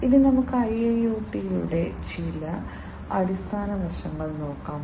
ഇനി നമുക്ക് IIoT യുടെ ചില അടിസ്ഥാന വശങ്ങൾ നോക്കാം